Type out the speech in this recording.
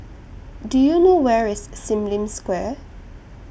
Do YOU know Where IS SIM Lim Square